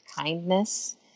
kindness